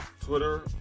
Twitter